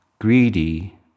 Greedy